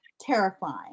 terrifying